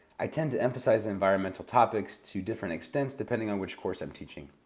i tend to emphasize environmental topics to different extents, depending on which course i'm teaching.